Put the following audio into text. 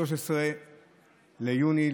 13 ביוני,